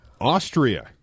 Austria